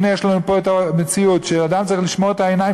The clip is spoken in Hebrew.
הנה יש לנו פה מציאות שאדם צריך לשמור את העיניים